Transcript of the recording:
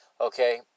okay